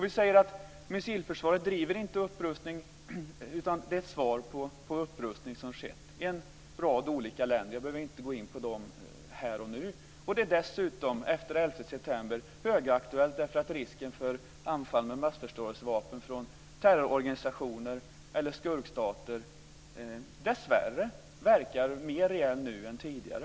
Vi säger att missilförsvaret inte driver upprustning utan det är ett svar på upprustning som skett i en rad olika länder, jag behöver inte gå in på dem här och nu. Det är dessutom efter den 11 september högaktuellt därför att risken för anfall av massförstörelsevapen från terrororganisationer eller "skurkstater" dessvärre verkar mer reell nu än tidigare.